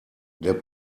der